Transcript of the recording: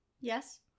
Yes